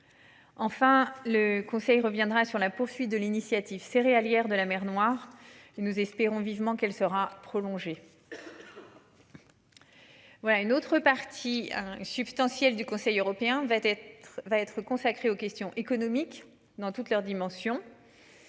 Enfin le Conseil reviendra sur la poursuite de l'Initiative céréalière de la mer Noire qui nous espérons vivement qu'elle sera prolongée. Voilà une autre partie substantielle du Conseil européen va être va être consacrée aux questions économiques dans toutes leurs dimensions.